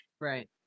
Right